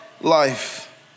life